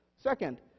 Second